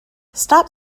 stop